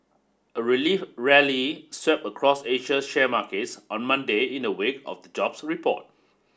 a relief rally swept across Asian share markets on Monday in a wake of jobs report